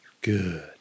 Good